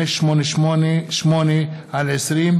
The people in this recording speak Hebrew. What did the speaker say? ציון לאומי לתרומתה ולפועלה של העדה הדרוזית (תיקון,